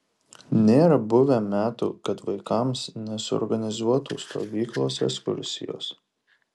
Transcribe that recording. nėra buvę metų kad vaikams nesuorganizuotų stovyklos ekskursijos